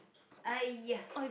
!aiya!